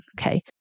okay